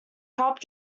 helped